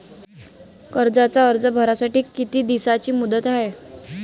कर्जाचा अर्ज भरासाठी किती दिसाची मुदत हाय?